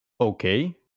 okay